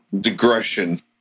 digression